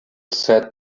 said